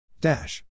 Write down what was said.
Dash